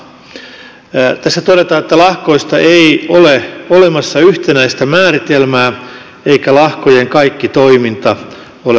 tässä todetaan että lahkoista ei ole olemassa yhtenäistä määritelmää eikä lahkojen kaikki toiminta ole laitonta